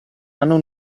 hanno